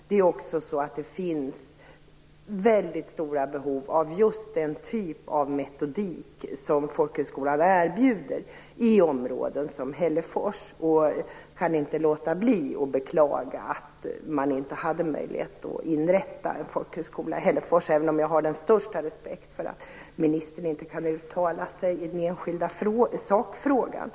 Det är också så att det finns väldigt stora behov av just den typ av metodik som folkhögskolan erbjuder i områden som Hällefors. Jag kan inte låta bli att beklaga att man inte hade möjlighet att inrätta en folkhögskola i Hällefors, även om jag har den största respekt för att ministern inte kan uttala sig i den enskilda sakfrågan.